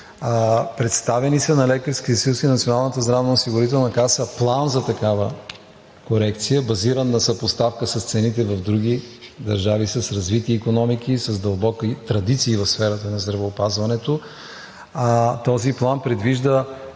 Представени са на Лекарския съюз и на Националната здравноосигурителна каса План за такава корекция, базиран на съпоставка с цените в други държави с развити икономики, с дълбоки традиции в сферата на здравеопазването. Този план предвижда